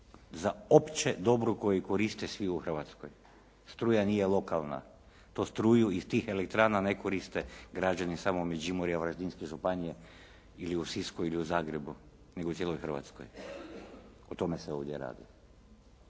za opće dobro koje koriste svi u Hrvatskoj. Struja nije lokalna. To struju iz tih elektrana ne koriste građani samo Međimurja, Varaždinske županije ili u Sisku i Zagrebu, nego u cijeloj Hrvatskoj. O tome se ovdje radi.